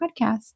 podcast